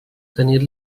tenir